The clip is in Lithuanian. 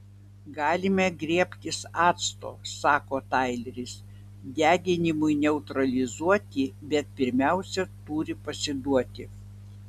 galime griebtis acto sako taileris deginimui neutralizuoti bet pirmiausia turi pasiduoti